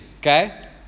Okay